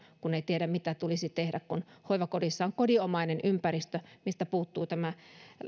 kun ei tiedä mitä tulisi tehdä kun hoivakodissa on kodinomainen ympäristö mistä puuttuu